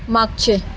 मागचे